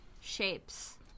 shapes